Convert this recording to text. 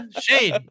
Shane